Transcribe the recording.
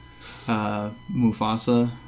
Mufasa